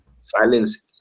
silence